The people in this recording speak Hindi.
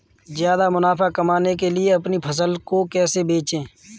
ज्यादा मुनाफा कमाने के लिए अपनी फसल को कैसे बेचें?